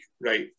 right